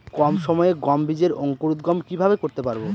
কম সময়ে গম বীজের অঙ্কুরোদগম কিভাবে করতে পারব?